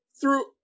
through-